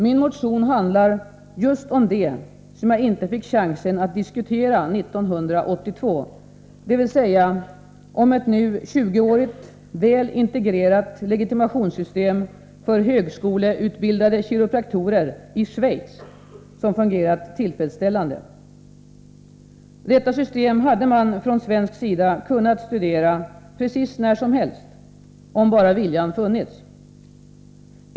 Min motion handlar just om det som jag inte fick chansen att diskutera 1982, dvs. ett nu tjugoårigt, väl integrerat, legitimationssystem för högskoleutbildade kiropraktorer i Schweiz, som fungerat tillfredsställande. Detta system hade man från svensk sida kunnat studera precis när som helst — om bara viljan funnits.